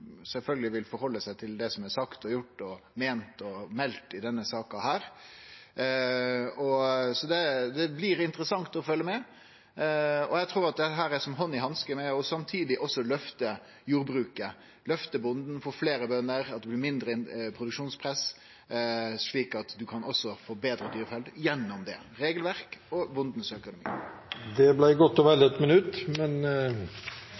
vil ta opp i seg til det som er sagt og gjort og meint og meldt i denne saka. Det blir interessant å følgje med på, og eg trur at dette passar som hand i hanske med samtidig å løfte jordbruket, løfte bonden, få fleire bønder og få mindre produksjonspress, slik at ein også kan få betre dyrevelferd gjennom det – regelverk og økonomien til bonden. Det har vore interessant å